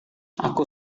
aku